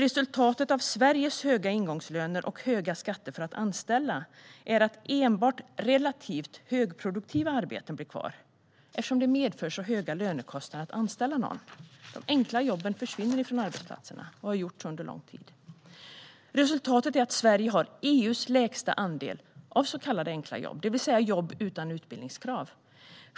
Resultatet av Sveriges höga ingångslöner och höga skatter för att anställa är att enbart relativt högproduktiva arbeten blir kvar, eftersom det medför höga lönekostnader att anställa någon. De enkla jobben försvinner från arbetsplatserna och har gjort så under lång tid. Resultatet är att Sverige har EU:s lägsta andel av så kallade enkla jobb, det vill säga jobb utan utbildningskrav.